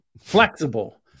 flexible